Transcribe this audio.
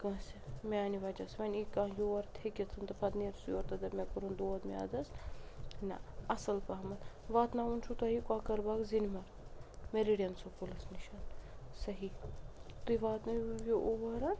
کٲنٛسہِ میٛانہِ وجہ سۭتی وۄنۍ یی کانٛہہ یور تھٔکِتھ تہٕ پَتہٕ نیر سُہ یورٕ تہٕ دَپہِ مےٚ کوٚرُن دود میٛادَس نَہ اصٕل پَہمَتھ واتناوُن چھُو تۄہہِ یہِ کۄکَر باغ زِنمَر میٚرِڈین سکوٗلَس نِش صحیٖح تُہۍ واتنٲیو یہِ اور